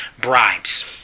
bribes